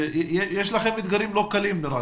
נראה לי שיש לכם אתגרים לא קלים.